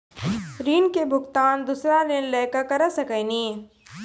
ऋण के भुगतान दूसरा ऋण लेके करऽ सकनी?